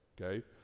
okay